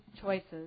choices